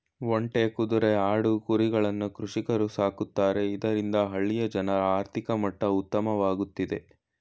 ಒಂಟೆ, ಕುದ್ರೆ, ಆಡು, ಕುರಿಗಳನ್ನ ಕೃಷಿಕರು ಸಾಕ್ತರೆ ಇದ್ನ ಇದರಿಂದ ಹಳ್ಳಿಯ ಜನರ ಆರ್ಥಿಕ ಮಟ್ಟ ಉತ್ತಮವಾಗ್ತಿದೆ